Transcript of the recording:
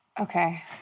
Okay